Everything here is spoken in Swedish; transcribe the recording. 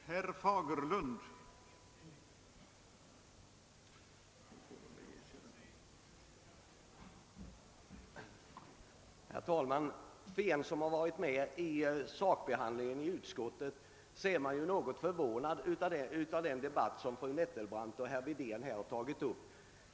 Herr talman! Den som varit med vid sakbehandlingen i utskottet blir något förvånad över den debatt som fru Nettelbrandt och herr Wedén här har dragit upp.